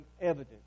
evident